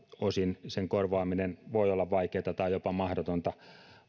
sen korvaaminen osin voi olla vaikeata tai jopa mahdotonta